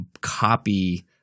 copy